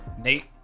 Nate